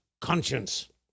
conscience